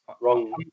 wrong